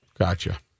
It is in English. Gotcha